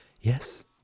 Yes